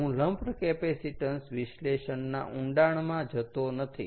હું lumped capacitance વિશ્લેષણના ઊંડાણમાં જતો નથી